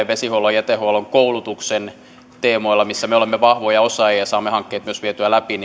vesihuollon jätehuollon koulutuksen teemoilla missä me olemme vahvoja osaajia ja saamme hankkeet myös vietyä läpi